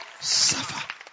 suffer